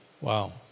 Wow